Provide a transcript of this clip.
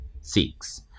six